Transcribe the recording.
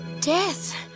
Death